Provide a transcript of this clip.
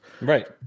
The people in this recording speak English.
Right